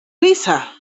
prisa